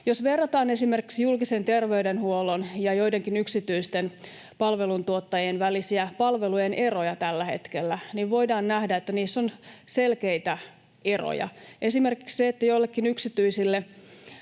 Jos verrataan esimerkiksi julkisen terveydenhuollon ja joidenkin yksityisten palveluntuottajien välisiä palvelujen eroja tällä hetkellä, voidaan nähdä, että niissä on selkeitä eroja. Esimerkiksi joillekin yksityisille